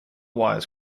wires